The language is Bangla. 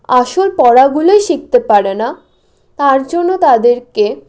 আসল পড়াগুলোই শিখতে পারে না তার জন্য তাদেরকে